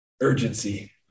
Urgency